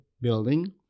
building